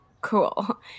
cool